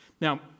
Now